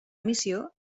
missió